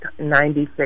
96